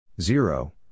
Zero